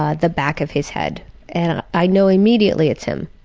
ah the back of his head and i i know immediately it's him,